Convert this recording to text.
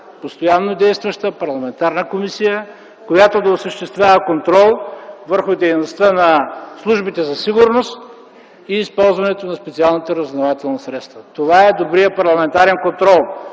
постоянно действаща парламентарна комисия, която да осъществява контрол върху дейността на службите за сигурност и използването на специалните разузнавателни средства. Това е добрият парламентарен контрол.